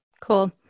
Cool